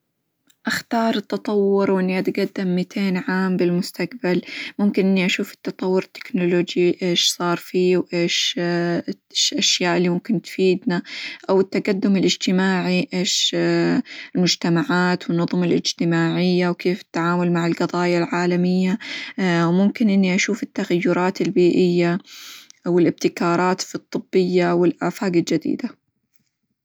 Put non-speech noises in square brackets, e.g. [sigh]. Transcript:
أختار التطور، وإني أتقدم مئتين عام بالمستقبل، ممكن إني أشوف التطور التكنولوجي إيش صار فيه؟ وإيش الأشياء اللي ممكن تفيدنا، أو التقدم الإجتماعي؟ إيش [hesitation] المجتمعات، والنظم الإجتماعية؟ وكيف التعامل مع القظايا العالمية؟ [hesitation] وممكن إني أشوف التغيرات البيئية، أو الابتكارات -ف- الطبية، والآفاق الجديدة.